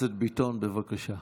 בבקשה.